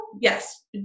Yes